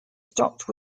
stocked